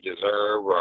deserve